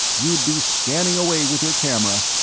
you'd be scanning away with your camera.